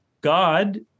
God